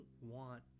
want